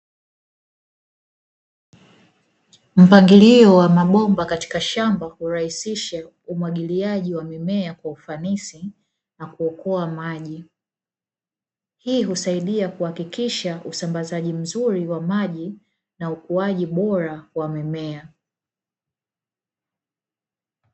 Mpangilio wa mabomba katika shamba hurahisisha umwagiliaji wa mimea kwa ufanisi na kuokoa maji, hii husaidia kuhakikisha usambazaji mzuri wa maji na ukuwaji bora wa mimea.